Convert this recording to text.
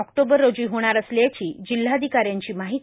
October रोजी होणार असल्याची जिल्हाधिकाऱ्याची माहिती